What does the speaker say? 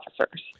officers